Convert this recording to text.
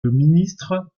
ministre